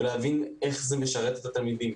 צריך להבין איך זה משרת את התלמידים.